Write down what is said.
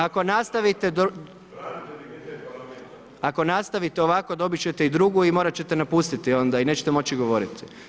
Ako nastavite, ako nastavite ovako dobit ćete i drugu i morat ćete napustiti onda i nećete moći govoriti.